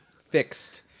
fixed